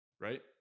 right